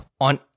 On